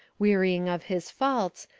wearying of his faults,